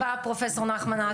איך תקבע, פרופ' נחמן אש?